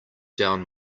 down